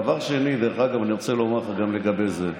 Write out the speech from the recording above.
דבר שני, אני רוצה לומר לך גם לגבי זה: